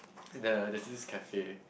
the there's this cafe